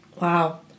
Wow